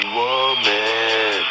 woman